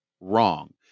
wrong